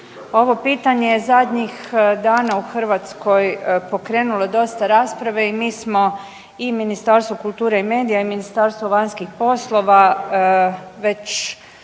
Ovo pitanje je zadnjih dana u Hrvatskoj pokrenulo dosta rasprave i mi smo, i Ministarstvo kulture i medija i Ministarstvo vanjskih poslova već